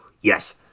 Yes